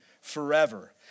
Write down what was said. forever